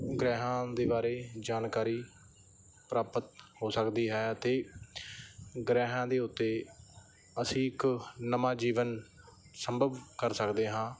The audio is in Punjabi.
ਗ੍ਰਹਿਆਂ ਦੇ ਬਾਰੇ ਜਾਣਕਾਰੀ ਪ੍ਰਾਪਤ ਹੋ ਸਕਦੀ ਹੈ ਅਤੇ ਗ੍ਰਹਿਆਂ ਦੇ ਉੱਤੇ ਅਸੀਂ ਇੱਕ ਨਵਾਂ ਜੀਵਨ ਸੰਭਵ ਕਰ ਸਕਦੇ ਹਾਂ